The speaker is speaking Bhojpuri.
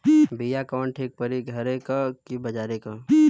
बिया कवन ठीक परी घरे क की बजारे क?